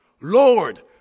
Lord